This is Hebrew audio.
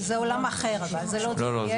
זה עולם אחר לגמרי.